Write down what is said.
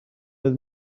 oes